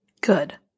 good